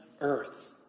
earth